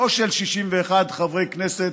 לא של 61 חברי כנסת,